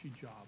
job